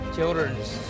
Children's